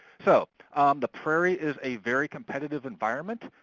so the prairie is a very competitive environment,